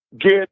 get